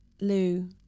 Lou